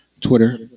Twitter